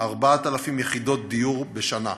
4,000 יחידות דיור בשנה.